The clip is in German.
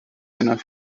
einer